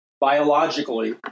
biologically